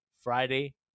Friday